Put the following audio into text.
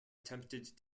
attempted